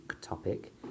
topic